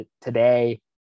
today